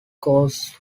cause